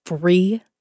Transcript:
free